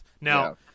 Now